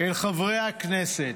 אל חברי הכנסת.